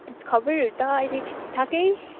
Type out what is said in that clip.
खबरहरू त अहिले ठिकठाकै